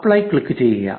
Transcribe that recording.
apply ക്ലിക്കുചെയ്യുക